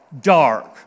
dark